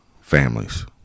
families